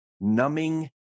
numbing